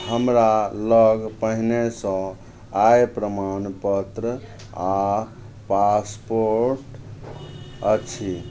हमरा लग पहिनेसँ आय प्रमाणपत्र आओर पासपोर्ट अछि